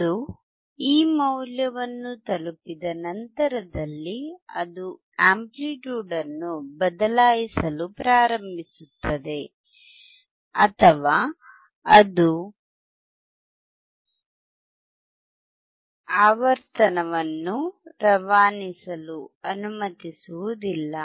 ಅದು ಈ ಮೌಲ್ಯವನ್ನು ತಲುಪಿದ ನಂತರದಲ್ಲಿ ಅದು ಅಂಪ್ಲಿಟ್ಯೂಡ್ ಅನ್ನು ಬದಲಾಯಿಸಲು ಪ್ರಾರಂಭಿಸುತ್ತದೆ ಅಥವಾ ಅದು ಆವರ್ತನವನ್ನು ರವಾನಿಸಲು ಅನುಮತಿಸುವುದಿಲ್ಲ